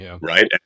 right